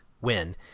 win